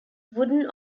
wooden